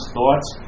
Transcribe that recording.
thoughts